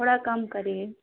थोड़ा कम करिए